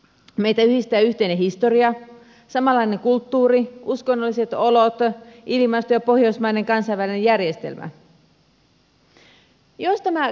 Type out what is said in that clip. meitä yhdistää yhteinen historia samanlainen kulttuuri uskonnolliset olot ilmasto ja pohjoismainen kansainvälinen järjestelmä